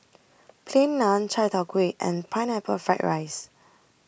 Plain Naan Chai Tow Kway and Pineapple Fried Rice